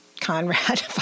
Conrad